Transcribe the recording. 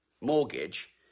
mortgage